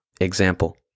Example